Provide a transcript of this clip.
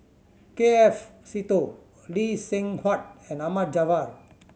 K F Seetoh Lee Seng Huat and Ahmad Jaafar